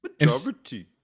Majority